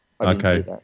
Okay